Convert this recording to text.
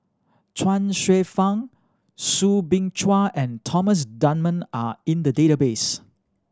Chuang Hsueh Fang Soo Bin Chua and Thomas Dunman are in the database